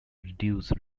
reduce